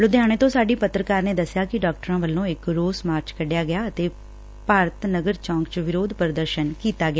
ਲੁਧਿਆਣੇ ਤੋ ਸਾਡੀ ਪੱਤਰਕਾਰ ਨੇ ਦਸਿਆ ਕਿ ਡਾਕਟਰਾਂ ਵੱਲੋਂ ਇਕ ਰੋਸ ਮਾਰਚ ਕੱਢਿਆ ਗਿਆ ਅਤੇ ਭਾਰਤ ਨਗਰ ਚੌਂਕ ਚ ਵਿਰੋਧ ਪ੍ਰਦਰਸ਼ਨ ਕੀਤਾ ਗਿਆ